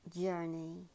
journey